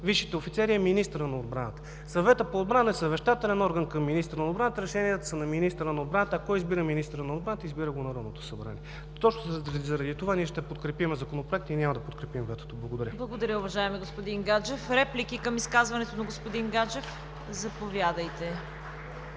висшите офицери е министърът на отбраната. Съветът по отбрана е съвещателен орган към министъра на отбраната. Решенията са на министъра на отбраната. А кой избира министъра на отбраната? Избира го Народното събрание. Точно заради това ние ще подкрепим Законопроекта и няма да подкрепим ветото. Благодаря. ПРЕДСЕДАТЕЛ ЦВЕТА КАРАЯНЧЕВА: Благодаря, уважаеми господин Гаджев. (Ръкопляскания от ГЕРБ.) Реплики към изказването на господин Гаджев? Заповядайте,